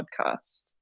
podcast